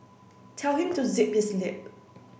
tell him to zip his lip